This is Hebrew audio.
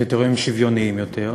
קריטריונים שוויוניים יותר,